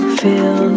feel